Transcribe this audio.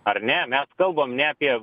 ar ne mes kalbam ne apie